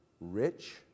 rich